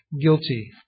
guilty